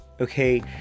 okay